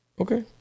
Okay